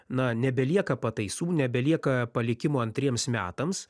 na nebelieka pataisų nebelieka palikimo antriems metams